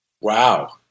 Wow